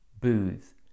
Booth